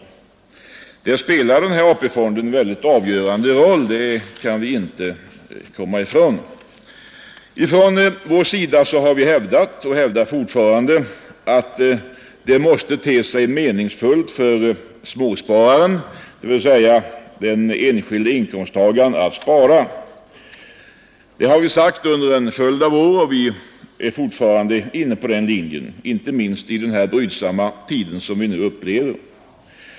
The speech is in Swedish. AP-fonden spelar här en avgörande roll. Det kan vi inte komma ifrån. Vi har hävdat och hävdar fortfarande att det måste te sig meningsfullt för småspararen, dvs. den enskilde inkomsttagaren, att spara. Det har vi sagt under en följd av år och vi är fortfarande inne på den linjen, inte minst i den brydsamma tid som vi nu upplever.